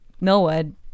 millwood